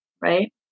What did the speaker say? Right